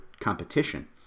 competition